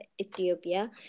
ethiopia